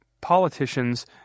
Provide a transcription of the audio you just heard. politicians